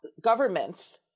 governments